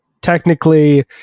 Technically